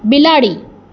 બિલાડી